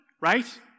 right